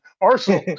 Arsenal